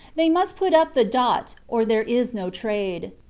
they must put up the dot, or there is no trade.